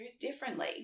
differently